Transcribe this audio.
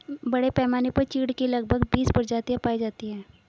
बड़े पैमाने पर चीढ की लगभग बीस प्रजातियां पाई जाती है